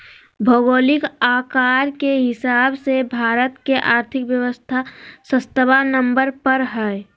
भौगोलिक आकार के हिसाब से भारत के और्थिक व्यवस्था सत्बा नंबर पर हइ